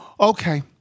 Okay